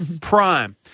prime